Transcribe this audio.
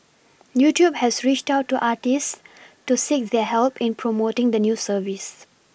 YouTube has reached out to artists to seek their help in promoting the new service